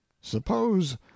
suppose